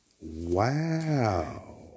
Wow